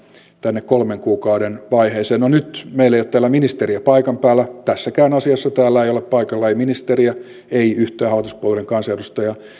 tänne kolmen kuukauden vaiheeseen no nyt meillä ei ole täällä ministeriä paikan päällä tässäkään asiassa täällä ei ole paikalla ei ministeriä ei yhtään hallituspuolueiden kansanedustajaa